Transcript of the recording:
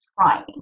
trying